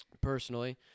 personally